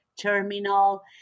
terminal